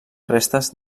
restes